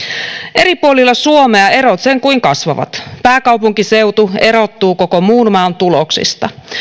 eri puolilla suomea erot sen kuin kasvavat pääkaupunkiseutu erottuu koko muun maan tuloksista